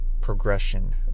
progression